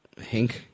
Hink